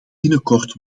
binnenkort